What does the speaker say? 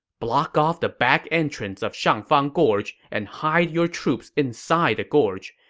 block off the back entrance of shangfang gorge and hide your troops inside the gorge.